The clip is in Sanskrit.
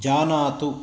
जानातु